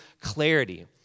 clarity